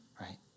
Right